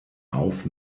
auf